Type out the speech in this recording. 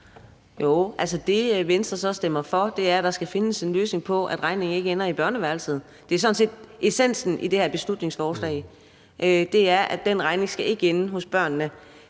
Jo – det, Venstre så ville stemme for, er, at der skal findes en løsning på, at regningen ikke ender i børneværelset. Det er sådan set essensen i det her beslutningsforslag, altså at regningen ikke skal ende hos børnene,